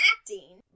acting